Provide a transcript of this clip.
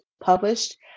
published